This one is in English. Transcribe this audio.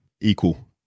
equal